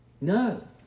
no